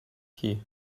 key